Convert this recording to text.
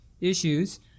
issues